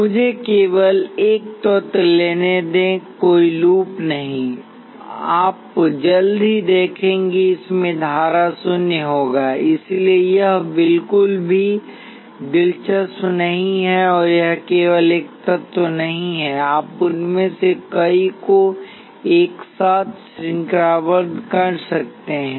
मुझे केवल एक तत्व लेने दें कोई लूप नहीं है आप जल्द ही देखेंगे कि इसमें धारा शून्य होगा इसलिए यह बिल्कुल भी दिलचस्प नहीं है और यह केवल एक तत्व नहीं है आप उनमें से कई को एक साथ श्रृंखलाबद्ध कर सकते हैं